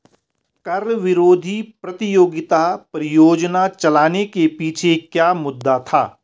कर विरोधी प्रतियोगिता परियोजना चलाने के पीछे क्या मुद्दा था?